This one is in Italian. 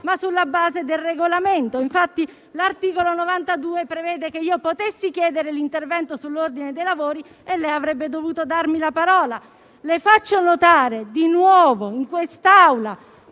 ma sulla base del Regolamento. Infatti l'articolo 92 prevede che io potessi chiedere l'intervento sull'ordine dei lavori e lei avrebbe dovuto darmi la parola. Le faccio notare che di nuovo in quest'Aula,